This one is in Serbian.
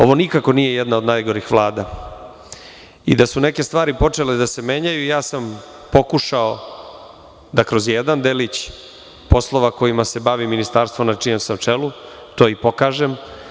Ovo nikako nije jedna od najgorih Vlada i da su neke stvari počele da se menjaju, pokušao sam da kroz jedan delić poslova kojima se bavi Ministarstvo na čijem sam čelu to i pokažem.